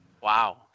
wow